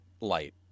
light